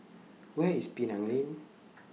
Where IS Penang Lane